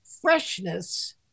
freshness